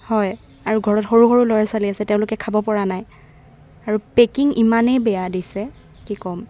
হয় আৰু ঘৰত সৰু সৰু ল'ৰা ছোৱালী আছে তেওঁলোকে খাব পৰা নাই আৰু পেকিং ইমানেই বেয়া দিছে কি ক'ম